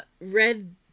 Red